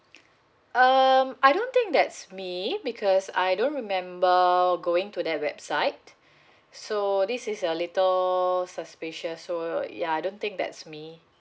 um I don't think that's me because I don't remember going to their website so this is a little suspicious so ya I don't think that's me